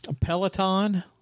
Peloton